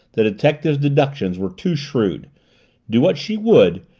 the detective's deductions were too shrewd do what she would,